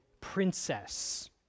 princess